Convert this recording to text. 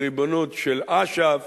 בריבונות של אש"ף